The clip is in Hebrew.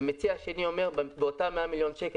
ומציע שני אומר: באותם 100 מיליון שקל